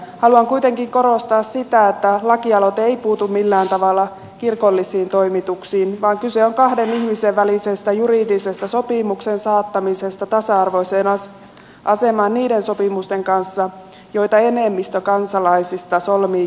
haluan kuitenkin korostaa sitä että lakialoite ei puutu millään tavalla kirkollisiin toimituksiin vaan kyse on kahden ihmisen välisen juridisen sopimuksen saattamisesta tasa arvoiseen asemaan niiden sopimusten kanssa joita enemmistö kansalaisista solmii keskenään